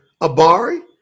Abari